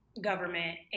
government